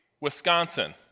wisconsin